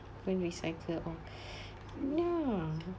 when recycle all ya